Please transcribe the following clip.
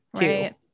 Right